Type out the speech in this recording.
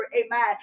amen